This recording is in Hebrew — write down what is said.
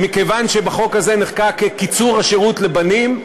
שמכיוון שבחוק הזה נחקק קיצור השירות לבנים,